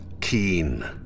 keen